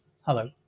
Hello